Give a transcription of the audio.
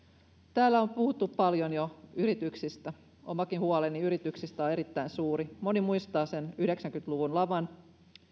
täällä on jo puhuttu paljon yrityksistä omakin huoleni yrityksistä on erittäin suuri moni muistaa yhdeksänkymmentä luvun laman